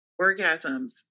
orgasms